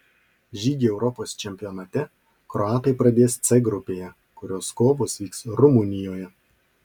žygį europos čempionate kroatai pradės c grupėje kurios kovos vyks rumunijoje